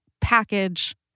package